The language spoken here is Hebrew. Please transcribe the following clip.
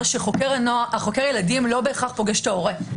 שחוקר הילדים לא בהכרח פוגש את ההורה,